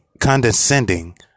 condescending